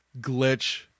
glitch